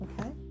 Okay